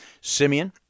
Simeon